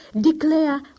declare